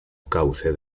cauce